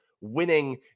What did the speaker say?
winning